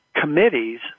committees